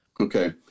Okay